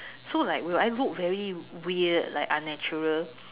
so like will I look very weird like unnatural